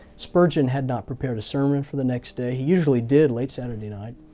spurgeon had not prepared a sermon for the next day. he usually did late saturday night.